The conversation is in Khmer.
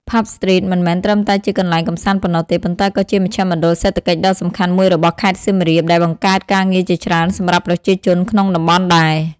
Pub Street មិនមែនត្រឹមតែជាកន្លែងកម្សាន្តប៉ុណ្ណោះទេ ប៉ុន្តែក៏ជាមជ្ឈមណ្ឌលសេដ្ឋកិច្ចដ៏សំខាន់មួយរបស់ខេត្តសៀមរាប ដែលបង្កើតការងារជាច្រើនសម្រាប់ប្រជាជនក្នុងតំបន់ដែរ។